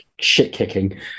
shit-kicking